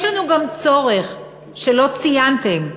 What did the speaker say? יש לנו גם צורך שלא ציינתם,